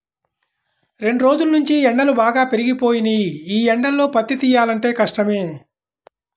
రెండ్రోజుల్నుంచీ ఎండలు బాగా పెరిగిపోయినియ్యి, యీ ఎండల్లో పత్తి తియ్యాలంటే కష్టమే